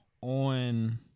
on